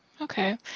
Okay